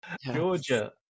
Georgia